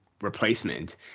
replacement